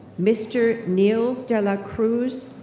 mr. neil delacruz,